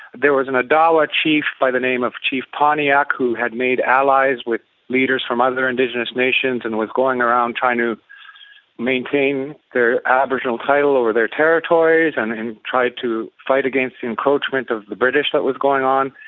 there was an odawa chief by the name of chief pontiac who had made allies with leaders from other indigenous nations and was going around trying to maintain their aboriginal title over their territories, and then tried to fight against the encroachment of the british that was going on.